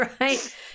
right